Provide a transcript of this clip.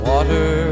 Water